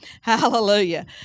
hallelujah